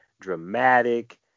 dramatic